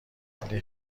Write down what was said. ولی